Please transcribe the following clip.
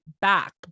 back